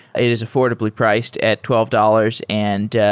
it is affordably priced at twelve dollars and